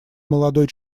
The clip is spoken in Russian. молодой